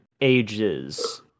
ages